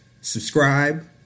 Subscribe